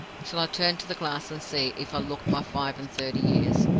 shall i turn to the glass and see if i look my five-and-thirty years?